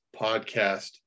podcast